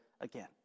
again